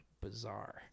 bizarre